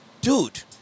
dude